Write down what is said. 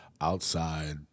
outside